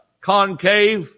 concave